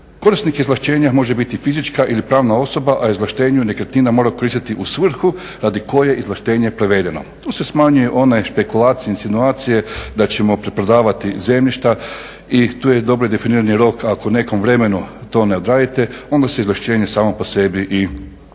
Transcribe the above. Korisnik izvlaštenja može biti fizička ili pravna osoba, a izvlaštenje nekretnina mora koristiti u svrhu radi koje je izvlaštenje provedeno. Tu se smanjuju one špekulacije, insinuacije da ćemo preprodavati zemljišta i tu je dobro definirani rok ako u nekom vremenu to ne odradite onda se izvlaštenje samo po sebi i poništava.